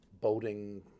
boating